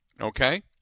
okay